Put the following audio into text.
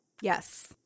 Yes